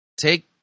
take